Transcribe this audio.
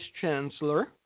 chancellor